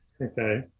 Okay